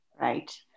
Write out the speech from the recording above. Right